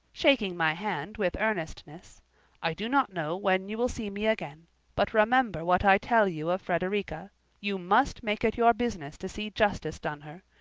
shaking my hand with earnestness i do not know when you will see me again but remember what i tell you of frederica you must make it your business to see justice done her.